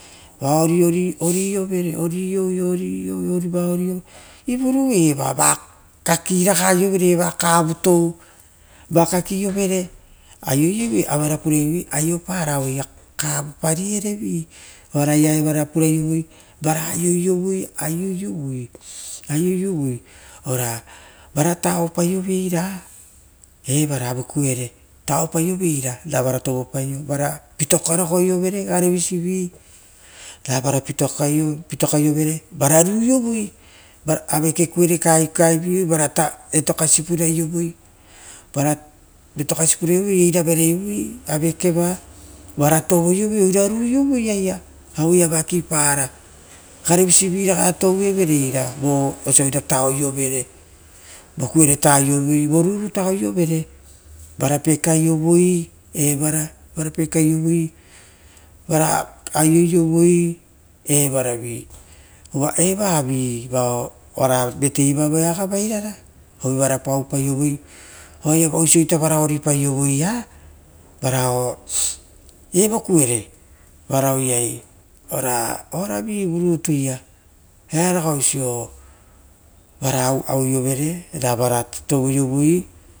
Va orio, orio, orio rava kakaragaio vao kava tou, va kakiovere, auro pura i overe aiopara awera kavu parierovi, oaraia evara puraio voi, ra vara aioiovoi, aioiovoi ora ora vara taropaioveira evara aue kuero ravara tovopaio, vara pitokarogoiavere karevisivi ravana pitokaiovere vara aioiovoi, aueke kuiro, etokusi puraiovoi, era kuepieovoi avekeva vara toiovoi itoroiovoi aia awe ia vakipara. Garevisivinaga touevere ei ra osia oira tavoi overe, vokuiro ita, voniro aioiovere ita evana pekaiovoi, pekarovoi vara aioiovoi evaravi va evara ora vateira evoea agavairara, oire vana paupau rovoi oisi itarara oripaiovoi varao evo kuro varia ra oara oaravivu nituia earaga oisio vara aue rovere ravana tovoiovoi.